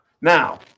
Now